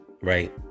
right